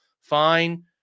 fine